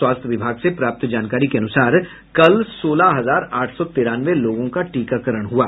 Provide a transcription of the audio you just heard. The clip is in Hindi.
स्वास्थ्य विभाग से प्राप्त जानकारी के अनुसार कल सोलह हजार आठ सौ तिरानवे लोगों का टीकाकरण हुआ